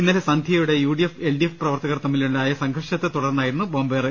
ഇന്നലെ സന്ധ്യയോടെ U D F L D F പ്രവർത്തകർ തമ്മിലുണ്ടായ സംഘർഷത്തെ തുടർന്നായി രുന്നു ബോംബേറ്